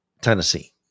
Tennessee